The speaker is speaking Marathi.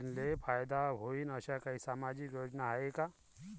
मुलींले फायदा होईन अशा काही सामाजिक योजना हाय का?